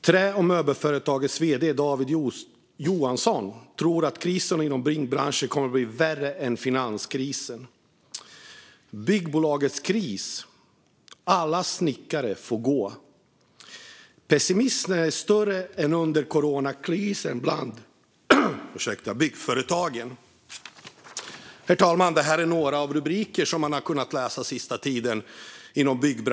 Trä och möbelföretagens vd David Johansson tror att krisen inom byggbranschen kommer att bli värre än finanskrisen. Byggbolagets kris - alla snickare får gå. Pessimismen är större än under coronakrisen bland byggföretagen. Herr talman! Detta är några rubriker från byggbranschen som man har kunnat läsa under den senaste tiden.